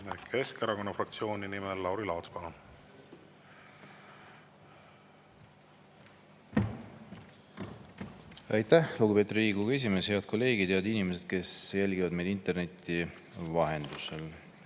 Keskerakonna fraktsiooni nimel Lauri Laatsi. Palun! Aitäh, lugupeetud Riigikogu esimees! Head kolleegid! Head inimesed, kes jälgivad meid interneti vahendusel!